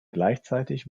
gleichzeitig